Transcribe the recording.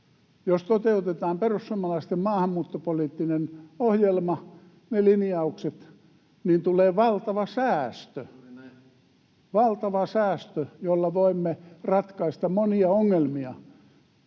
Jos toteutetaan perussuomalaisten maahanmuuttopoliittinen ohjelma, ne linjaukset, niin tulee valtava säästö, [Petri Huru: Juuri näin!] jolla voimme ratkaista monia ongelmia.